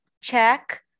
check